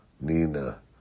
Nina